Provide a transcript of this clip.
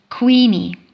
Queenie